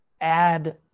Add